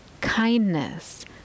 kindness